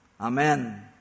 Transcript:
Amen